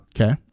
Okay